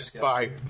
bye